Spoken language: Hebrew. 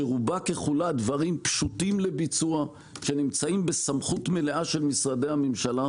שרובה ככולה דברים פשוטים לביצוע שנמצאים בסמכות מלאה של משרדי הממשלה,